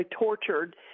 tortured